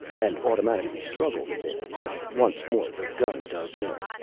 and automatically struggled a bit, but once more the gun dug in.